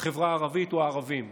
החברה הערבית או הערבים,